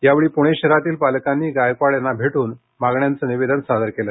यावेळी प्णे शहरातील पालकांनी गायकवाड यांना भेट्न मागण्यांचे निवेदन सादर केलं